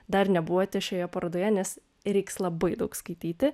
dar nebuvote šioje parodoje nes reiks labai daug skaityti